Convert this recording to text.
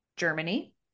Germany